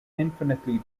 infinitely